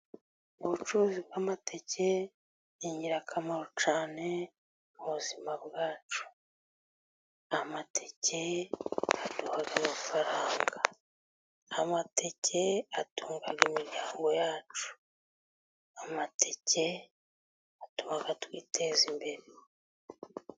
Ubucuruzi bw'amateke ni ingirakamaro cyane ku buzima bwacu. Amateke aduha amafaranga, amateke atunga imiryango yacu, amateke atuma twiteza imbere.